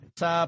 sa